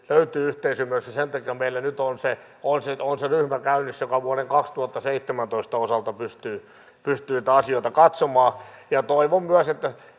löytyy yhteisymmärrys ja sen takia meillä nyt on se ryhmä käynnissä joka vuoden kaksituhattaseitsemäntoista osalta pystyy pystyy niitä asioita katsomaan toivon myös että